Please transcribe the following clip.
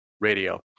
radio